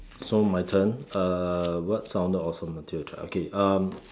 so my turn uh what sounded sounded awesome until I tried okay um